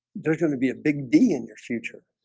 there's going to be a big b in your future.